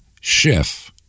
Schiff